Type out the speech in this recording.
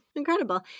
Incredible